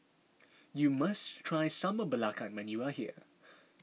you must try Sambal Belacan when you are here